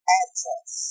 address